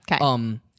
Okay